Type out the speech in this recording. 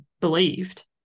believed